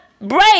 break